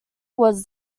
was